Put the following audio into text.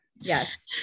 yes